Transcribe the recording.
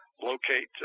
locate